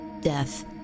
death